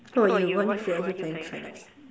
how about you what new food are you planning to try next